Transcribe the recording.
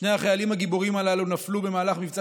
שני החיילים הגיבורים הללו נפלו במהלך מבצע